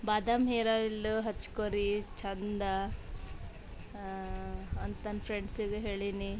ಬಾದಾಮ್ hair oil ಹಚ್ಕೋ ರೀ ಚೆಂದ ಅಂತಂದು ನನ್ನ ಫ್ರೆಂಡ್ಸಿಗೂ ಹೇಳೀನಿ